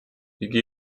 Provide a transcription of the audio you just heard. იგი